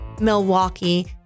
Milwaukee